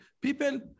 people